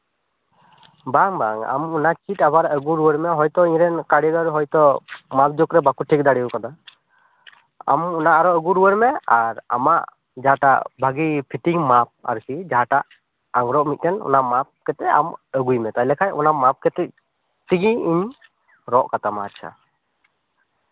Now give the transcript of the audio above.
ᱵᱟᱝ ᱵᱟᱝ ᱟᱢ ᱚᱱᱟ ᱪᱷᱤᱴ ᱟᱵᱟᱨ ᱟᱹᱜᱩ ᱨᱩᱣᱟᱹᱲ ᱢᱮ ᱦᱚᱭᱛᱳ ᱤᱧ ᱨᱮᱱ ᱠᱟᱹᱨᱤᱜᱚᱨ ᱦᱚᱭᱛᱳ ᱢᱟᱯᱡᱳᱜᱽ ᱨᱮ ᱵᱟᱠᱚ ᱴᱷᱤᱠ ᱫᱟᱲᱮᱣ ᱠᱟᱫᱟ ᱟᱢᱦᱚᱸ ᱚᱱᱟ ᱟᱨᱚ ᱟᱹᱜᱩ ᱨᱩᱣᱟᱹᱲ ᱢᱮ ᱟᱨ ᱟᱢᱟᱜ ᱡᱟᱦᱟᱸᱴᱟᱜ ᱵᱷᱟᱜᱮ ᱯᱷᱤᱴᱤᱝ ᱢᱟᱯ ᱟᱨᱠᱤ ᱡᱟᱦᱟᱸᱴᱟᱜ ᱟᱝᱨᱚᱵ ᱢᱤᱫᱴᱮᱱ ᱚᱱᱟ ᱢᱟᱯ ᱠᱟᱛᱮᱜ ᱟᱢ ᱟᱹᱜᱩᱭ ᱢᱮ ᱛᱟᱦᱞᱮ ᱠᱷᱟᱱ ᱚᱱᱟ ᱢᱟᱯ ᱠᱟᱛᱮᱜ ᱛᱮᱜᱮ ᱤᱧ ᱨᱚᱜ ᱠᱟᱛᱟᱢᱟ ᱟᱪᱪᱷᱟ